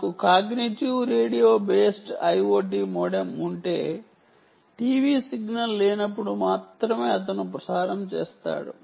నాకు cognitive radio based IoT modem ఉంటే TV signal లేనప్పుడు మాత్రమే అతను ప్రసారం చేస్తాడు